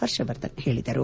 ಹರ್ಷವರ್ಧನ್ ಹೇಳಿದರು